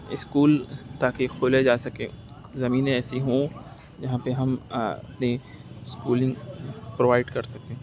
school تا کہ کھولے جا سکیں زمینیں ایسی ہوں جہاں پہ ہم اپنی اسکولنگ پرووائیڈ کر سکیں